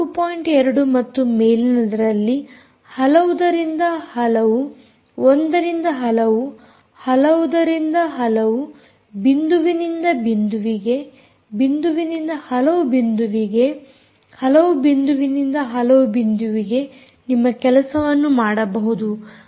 2 ಮತ್ತು ಮೇಲಿನದರಲ್ಲಿ ಹಲವುದರಿಂದ ಹಲವು ಒಂದರಿಂದ ಹಲವು ಹಲವುದರಿಂದ ಹಲವು ಬಿಂದುವಿನಿಂದ ಬಿಂದುವಿಗೆ ಬಿಂದುವಿನಿಂದ ಹಲವು ಬಿಂದುವಿಗೆ ಹಲವು ಬಿಂದುವಿನಿಂದ ಹಲವು ಬಿಂದುವಿಗೆ ನಿಮ್ಮ ಕೆಲಸವನ್ನು ಮಾಡಬಹುದು